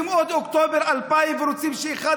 בסוף אני רוצה להגיד לעולים הפוטנציאליים שעוד